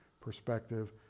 perspective